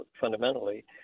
fundamentally